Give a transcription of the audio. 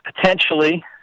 potentially